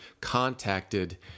contacted